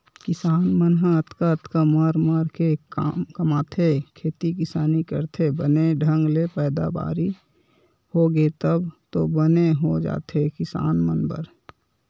किसान मन ह अतका अतका मर मर के कमाथे खेती किसानी करथे बने ढंग ले पैदावारी होगे तब तो बने हो जाथे किसान मन बर